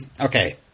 Okay